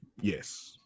Yes